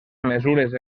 mesures